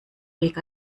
weg